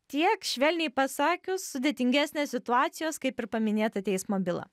tiek švelniai pasakius sudėtingesnės situacijos kaip ir paminėta teismo byla